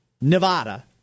Nevada